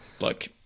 look